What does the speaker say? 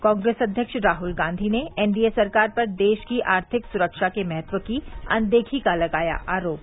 कांग्रेस अध्यक्ष राहुल गांधी ने N D A सरकार पर देश की आर्थिक सुरक्षा के महत्व की अनदेखी का लगाया आरोप